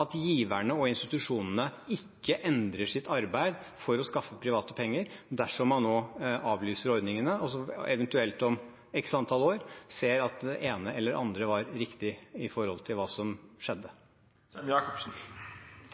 at giverne og institusjonene ikke endrer sitt arbeid for å skaffe private penger, dersom man nå avlyser ordningene, og at man eventuelt om x antall år ser at det ene eller det andre var riktig, ut fra hva som skjedde.